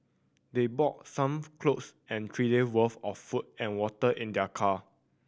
they bought some clothes and three day worth of food and water in their car